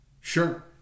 Sure